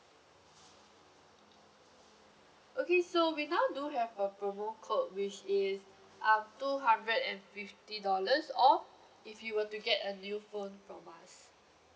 okay so we now do have a promo code which is um two hundred and fifty dollars off if you will to get a new phone from us